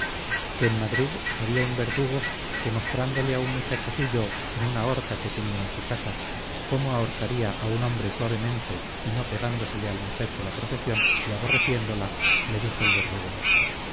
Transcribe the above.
que en madrid había un verdugo que mostrándole a un muchacho suyo en una horca que tenía en su casa cómo ahorcaría a un hombre suavemente y no pegándosele al muchacho la profesión y aborreciéndola le dijo el verdugo